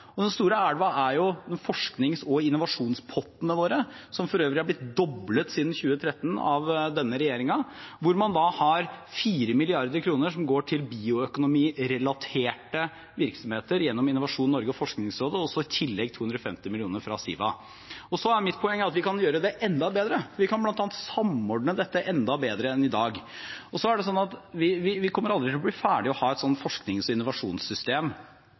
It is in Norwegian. og den store elven er jo forsknings- og innovasjonspottene våre, som for øvrig er blitt doblet siden 2013 av denne regjeringen, hvorav 4 mrd. kr går til bioøkonomirelaterte virksomheter gjennom Innovasjon Norge og Forskningsrådet, og i tillegg 250 mill. kr fra Siva. Så er mitt poeng at vi kan gjøre det enda bedre, vi kan bl.a. samordne dette enda bedre enn i dag. Vi kommer aldri til å ha et forsknings- og innovasjonssystem for næringslivet som er helt fiks ferdig, men for å klare å gjøre noe med det må vi gå grundig igjennom og